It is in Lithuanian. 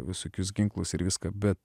visokius ginklus ir viską bet